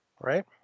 right